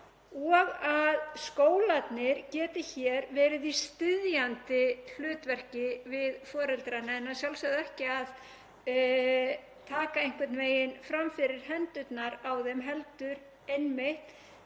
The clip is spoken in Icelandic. og að skólarnir geti hér verið í styðjandi hlutverki við foreldrana, að sjálfsögðu ekki að þeir taki einhvern veginn fram fyrir hendurnar á þeim heldur geti